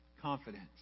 confidence